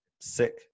sick